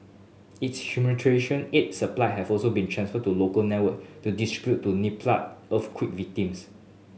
its humanitarian aid supply have also been transferred to local network to distribute to Nepali earthquake victims